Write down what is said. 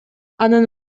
анын